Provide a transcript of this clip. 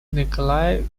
николай